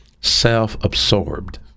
Self-absorbed